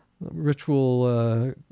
ritual